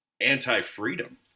anti-freedom